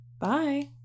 Bye